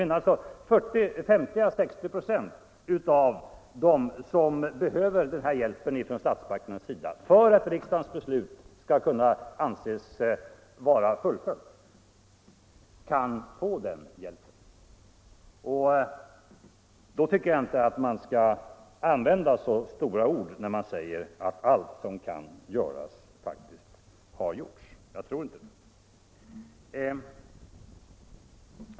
Men 50 å 60 926 av dem som behöver den här hjälpen från statsmakternas sida för att riksdagens beslut skall anses vara fullföljt kan alltså vara säkra på att få den hjälpen. Det är mot den bakgrunden man ska se statsrådets ord om att allt som kan göras faktiskt har gjorts.